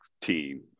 team